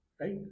right